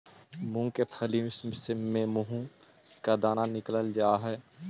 मूंग के फली से मुंह के दाना निकालल जा हई